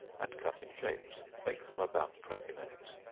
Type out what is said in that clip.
and cut in shapes bake them about twenty minutes.